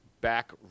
back